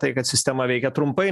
tai kad sistema veikia trumpai